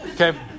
Okay